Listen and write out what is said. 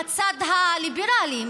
מהצד הליברלי,